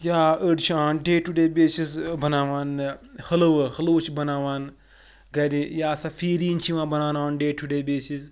یا أڈۍ چھِ on day to day basis بَناوان حٔلوٕ حٔلوٕ چھِ بَناوان گَرِ یا سٔہ فیٖریٖن چھِ یِوان بَناونہٕ on day to day basis